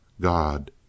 God